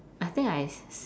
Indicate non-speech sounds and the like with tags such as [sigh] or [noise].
I think I [noise]